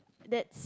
that's